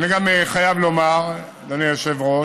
אני גם חייב לומר, אדוני היושב-ראש,